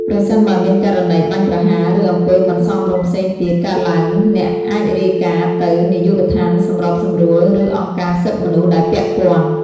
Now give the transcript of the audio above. ប្រសិនបើមានករណីបាញ់ប្រហារ ឬអំពើមិនសមរម្យផ្សេងទៀត កើតឡើង អ្នកអាចរាយការណ៍ទៅ នាយកដ្ឋានសម្របសម្រួល ឬអង្គការសិទ្ធិមនុស្ស ដែលពាក់ព័ន្ធ។